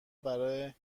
برای